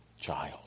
child